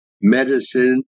medicine